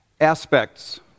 aspects